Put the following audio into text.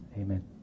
amen